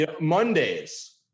Mondays